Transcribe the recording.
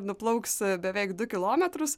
nuplauks beveik du kilometrus